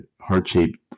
heart-shaped